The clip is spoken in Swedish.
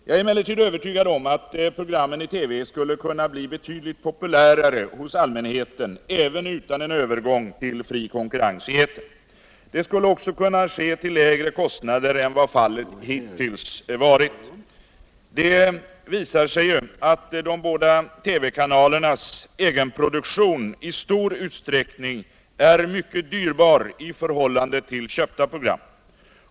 Jag är emellertid övertygad om att programmen i TV skulle kunna bli betydligt populärare hos allmänheten även utan en övergång till fri konkur rens i etern. Det skulle också kunna ske till lägre kostnader än vad fallet hittills varit. Det visar sig ju att de båda TV-kanalernas egenproduktion i stor utsträckning är mycket dyrbar i förhållande till köpta program.